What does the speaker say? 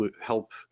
help